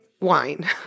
wine